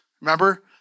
Remember